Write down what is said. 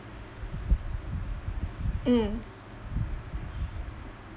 mm